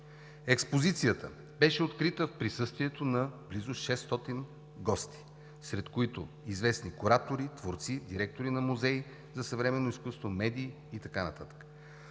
Експозицията беше открита в присъствието на близо 600 гости, сред които известни куратори, творци, директори на музеи за съвременно изкуство, медии и така